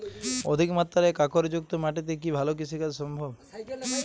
অধিকমাত্রায় কাঁকরযুক্ত মাটিতে কি ভালো কৃষিকাজ সম্ভব?